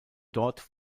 dort